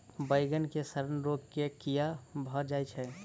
बइगन मे सड़न रोग केँ कीए भऽ जाय छै?